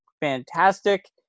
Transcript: fantastic